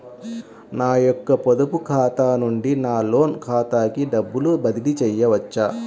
నా యొక్క పొదుపు ఖాతా నుండి నా లోన్ ఖాతాకి డబ్బులు బదిలీ చేయవచ్చా?